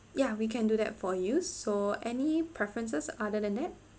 ya we can do that for you so any preferences other than that